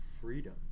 freedom